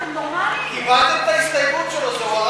קיבלתם את ההסתייגות של רותם.